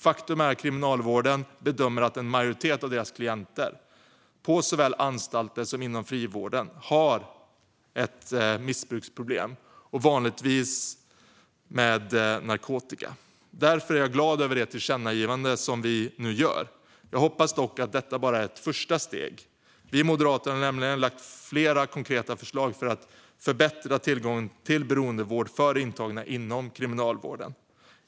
Faktum är att Kriminalvården bedömer att en majoritet av deras klienter, på såväl anstalter som inom frivården, har missbruksproblem. Narkotikamissbruk är vanligast förekommande. Därför är jag glad över det tillkännagivande som vi nu föreslår. Jag hoppas dock att detta bara är ett första steg. Vi moderater har nämligen lagt flera konkreta förslag för att förbättra tillgången till beroendevård för intagna inom kriminalvården.